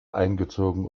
eingezogen